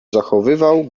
zachowywał